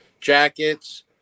jackets